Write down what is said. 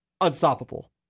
Unstoppable